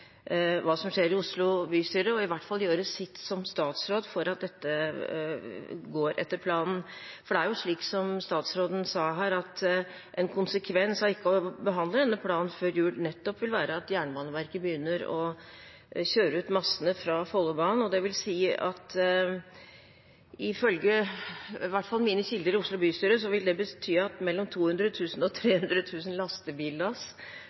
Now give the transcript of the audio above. i hvert fall gjøre sitt som statsråd for at dette skal gå etter planen. For det er slik som statsråden sa, at en konsekvens av ikke å behandle denne planen før jul, nettopp vil være at Jernbaneverket begynner å kjøre ut massen fra Follobanen. Og det vil, i hvert fall ifølge mine kilder i Oslo bystyre, bety at mellom 200 000 og 300 000 lastebillass med slagg må kjøres gjennom byen, og det er helt riktig at